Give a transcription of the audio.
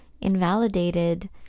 invalidated